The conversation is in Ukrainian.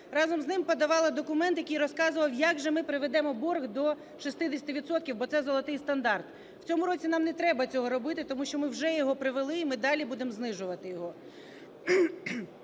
разом з ним подавало документ, який розказував, як же ми приведемо борг до 60 відсотків, бо це золотий стандарт. В цьому році нам не треба цього робити, тому що ми вже його привели і ми далі будемо знижувати його.